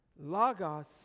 Lagos